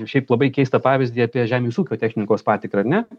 šiaip labai keistą pavyzdį apie žemės ūkio technikos patikrą ar ne